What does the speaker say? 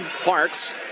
Parks